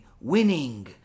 winning